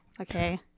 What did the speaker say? Okay